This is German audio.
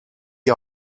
die